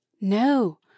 No